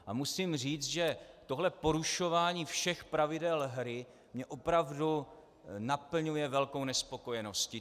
A musím říci, že tohle porušování všech pravidel hry mě opravdu naplňuje velkou nespokojeností.